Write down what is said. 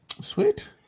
Sweet